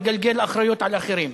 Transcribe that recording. לגלגל אחריות על אחרים.